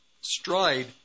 stride